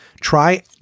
Try